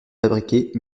fabriquées